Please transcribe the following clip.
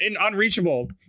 unreachable